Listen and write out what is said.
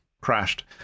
crashed